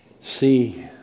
See